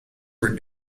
were